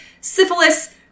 syphilis